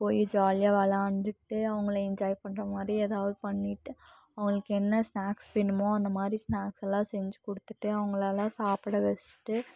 போய் ஜாலியாக விளாண்டுட்டு அவங்களை என்ஜாய் பண்ணுகிற மாதிரி ஏதாவது பண்ணிவிட்டு அவர்களுக்கு என்ன ஸ்நாக்ஸ் வேணுமோ அந்தமாதிரி ஸ்நாக்ஸ்லாம் செஞ்சு கொடுத்துட்டு அவர்களெலாம் சாப்பிட வச்சுட்டு